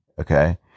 Okay